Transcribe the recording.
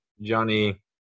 johnny